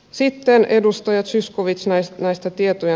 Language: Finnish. sitten edustaja zyskowicz näistä maista tietoja